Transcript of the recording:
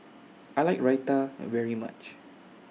I like Raita very much